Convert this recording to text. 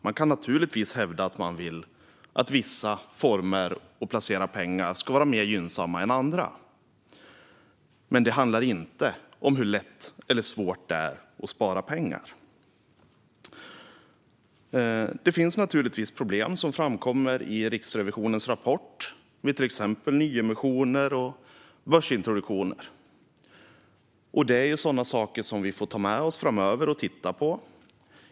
Man kan naturligtvis hävda att vissa former att placera pengar ska vara mer gynnsamma än andra. Men det handlar inte om hur lätt eller svårt det är att spara pengar. Det finns naturligtvis problem som framkommer i Riksrevisionens rapport. Det gäller till exempel vid nyemissioner och börsintroduktioner. Det är sådana saker som vi får ta med oss framöver och titta på.